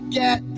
get